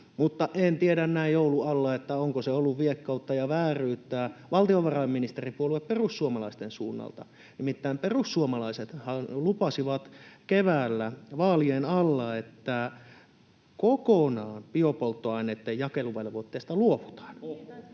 osalta. En tiedä näin joulun alla, onko se ollut viekkautta ja vääryyttä valtiovarainministeripuolue perussuomalaisten suunnalta, nimittäin perussuomalaisethan lupasivat keväällä vaa-lien alla, että kokonaan biopolttoaineitten jakeluvelvoitteesta luovutaan.